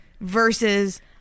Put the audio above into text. Versus